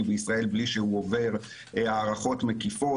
בישראל בלי שהוא עובר הערכות מקיפות,